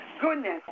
Goodness